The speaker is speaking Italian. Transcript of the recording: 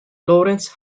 laurence